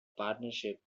partnership